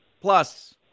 Plus